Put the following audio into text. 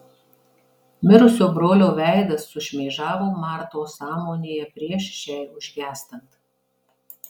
mirusio brolio veidas sušmėžavo martos sąmonėje prieš šiai užgęstant